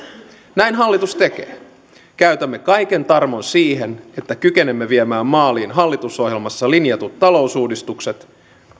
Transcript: näin hallitus tekee käytämme kaiken tarmon siihen että kykenemme viemään maaliin hallitusohjelmassa linjatut talousuudistukset